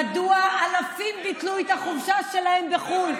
מדוע אלפים ביטלו את החופשה שלהם בחו"ל,